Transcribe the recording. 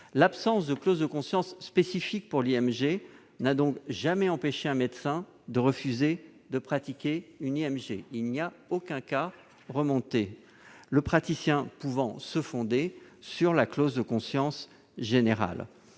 L'absence de clause de conscience spécifique pour l'IMG n'a donc jamais empêché un médecin de refuser de pratiquer une IMG, le praticien pouvant se fonder sur la clause de conscience générale.